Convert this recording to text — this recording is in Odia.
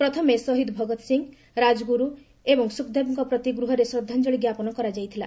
ପ୍ରଥମେ ଶହୀଦ୍ ଭଗତ୍ ସିଂ ରାଜଗୁରୁ ଓ ଶୁଖ୍ଦେବଙ୍କ ପ୍ରତି ଗୃହରେ ଶ୍ରଦ୍ଧାଞ୍ଚଳି ଜ୍ଞାପନ କରାଯାଇଥିଲା